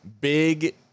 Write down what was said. big